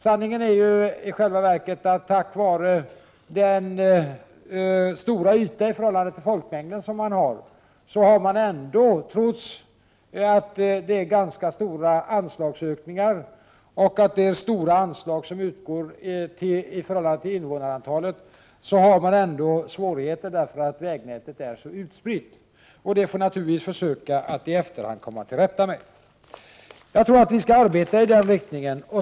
Sanningen är i själva verket att Jämtlands län på grund av den stora ytan i förhållande till folkmängden, trots ganska stora anslagsökningar och trots att stora anslag utgår i förhållande till invånarantalet, har svårigheter därför att vägnätet är så utspritt. Det får vi naturligtvis försöka att i efterhand komma till rätta med. Jag tror att vi skall arbeta i den riktningen.